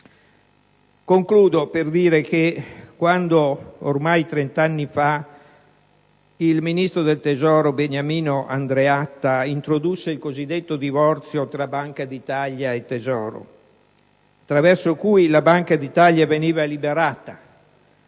conclusione, quando ormai trent'anni fa il ministro del Tesoro Beniamino Andreatta introdusse il cosiddetto divorzio tra Banca d'Italia e Tesoro, attraverso cui la Banca d'Italia veniva liberata